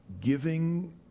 giving